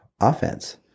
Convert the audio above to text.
Offense